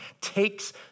takes